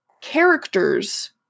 characters